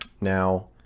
Now